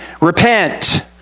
repent